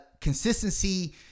consistency